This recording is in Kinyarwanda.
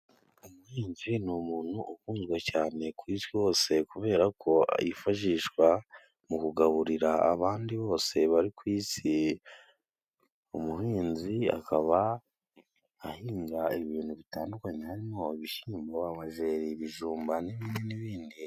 Umuhinzi ni umuntu ukunzwe cane ku isi hose kubera ko yifashishwa mu kugaburira abandi bose bari ku isi. Umuhinzi akaba ahinga ibintu bitandukanye harimo bishyimbo, amajeri, ibijumba n'ibindi.